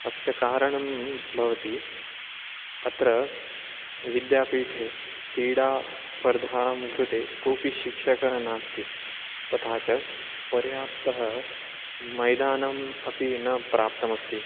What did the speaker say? अस्य कारणं भवति अत्र विद्यापीठे कीडास्पर्धां कृते कोऽपि शिक्षकः नास्ति तथा च पर्याप्तः मैदानम् अपि न प्राप्तमस्ति